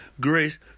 grace